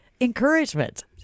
encouragement